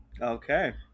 Okay